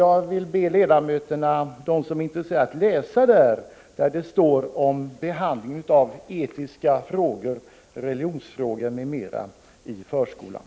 Jag vill be de ledamöter som är intresserade att läsa vad som där står om behandling av etiska frågor, religionsfrågor m.m., i förskolan.